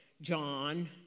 John